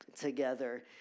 together